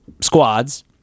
squads